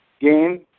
game